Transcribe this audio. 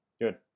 good